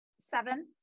seven